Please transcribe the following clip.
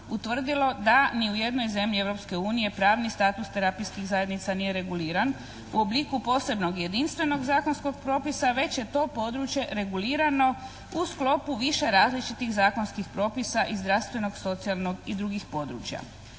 utvrdilo da ni u jednoj zemlji Europske unije pravni status terapijskih zajednica nije reguliran u obliku posebnog i jedinstvenog zakonskog propisa već je to područje regulirano u sklopu više različitih zakonskih propisa i zdravstvenog socijalnog i drugih područja.